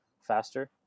faster